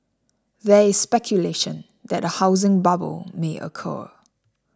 there is speculation that a housing bubble may occur